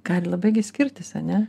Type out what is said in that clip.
gali labai gi skirtis a ne